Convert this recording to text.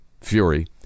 fury